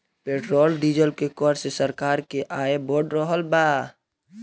petrol diesel के कर से सरकार के आय बढ़ रहल बा